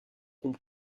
qu’on